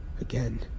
Again